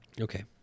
Okay